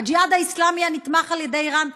הג'יהאד האסלאמי הנתמך על ידי איראן,